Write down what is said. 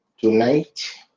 Tonight